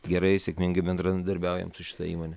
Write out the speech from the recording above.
gerai sėkmingai bendrandarbiaujam su šita įmone